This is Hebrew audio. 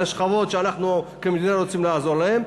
לשכבות שאנחנו כמדינה רוצים לעזור להן,